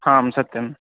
हां सत्यम्